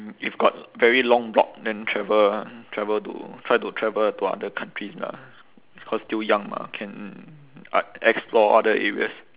if got very long block then travel travel to try to travel to other countries lah cause still young mah can explore other areas